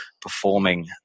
performing